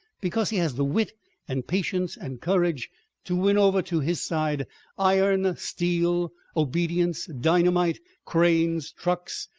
because he has the wit and patience and courage to win over to his side iron, steel, obedience, dynamite, cranes, trucks,